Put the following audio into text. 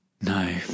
No